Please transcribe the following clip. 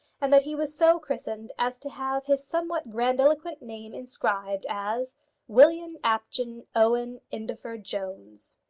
and that he was so christened as to have his somewhat grandiloquent name inscribed as william apjohn owen indefer jones.